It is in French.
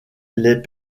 les